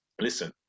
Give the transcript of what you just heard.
listen